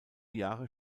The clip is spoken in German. jahre